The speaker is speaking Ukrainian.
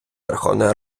верховної